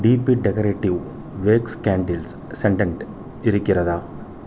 DP decorative wax candles scented இருக்கிறதா